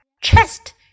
Chest